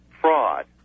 fraud